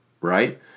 right